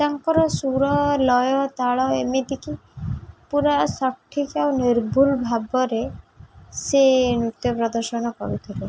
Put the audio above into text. ତାଙ୍କର ସୁର ଲୟ ତାଳ ଏମିତିକି ପୁରା ସଠିକ୍ ଆଉ ନିର୍ଭୁଲ ଭାବରେ ସେ ନୃତ୍ୟ ପ୍ରଦର୍ଶନ କରୁଥିଲେ